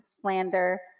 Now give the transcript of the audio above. slander